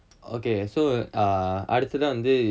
okay so ah அடுத்ததா வந்து:aduthatha vanthu